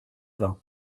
vin